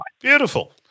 Beautiful